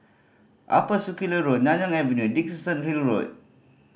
Upper Circular Road Nanyang Avenue Dickenson Hill Road